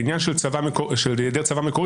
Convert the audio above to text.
בעניין של היעדר צוואה מקורית,